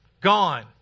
Gone